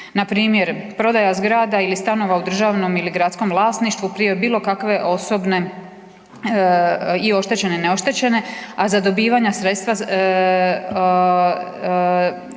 na primjer prodaja zgrada ili stanova u državnom ili gradskom vlasništvu prije bilo kakve osobne, i oštećene, i neoštećene, a za dobivanja sredstva, a